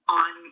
on